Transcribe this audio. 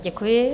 Děkuji.